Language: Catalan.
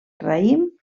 raïm